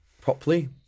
properly